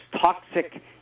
toxic